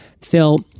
Phil